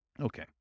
Okay